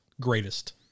greatest